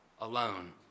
alone